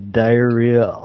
diarrhea